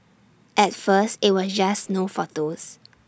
at first IT was just no photos